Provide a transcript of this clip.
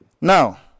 Now